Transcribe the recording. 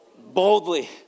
Boldly